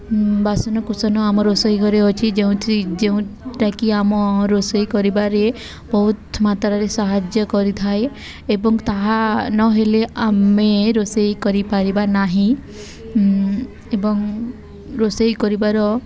ବାସନକୁୁସନ ଆମ ରୋଷେଇ ଘରେ ଅଛି ଯେଉଁଥି ଯେଉଁଟାକି ଆମ ରୋଷେଇ କରିବାରେ ବହୁତ ମାତ୍ରାରେ ସାହାଯ୍ୟ କରିଥାଏ ଏବଂ ତାହା ନହେଲେ ଆମେ ରୋଷେଇ କରିପାରିବା ନାହିଁ ଏବଂ ରୋଷେଇ କରିବାର